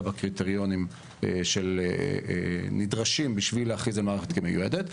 בקריטריונים שנדרשים בשביל להכריז על מערכת כמיועדת.